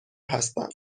هستند